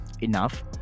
enough